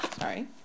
sorry